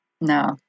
No